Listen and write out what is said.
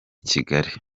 kigali